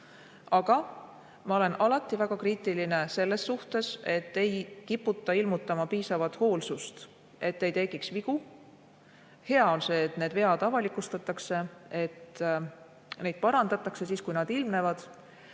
aga ma olen alati väga kriitiline selles suhtes, et ei kiputa ilmutama piisavat hoolsust, et ei tekiks vigu. Hea on see, et need vead avalikustatakse, et neid parandatakse, kui nad on ilmnenud.